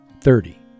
thirty